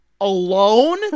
alone